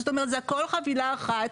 זאת אומרת זה הכל חבילה אחת,